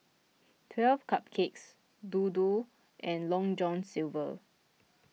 twelve Cupcakes Dodo and Long John Silver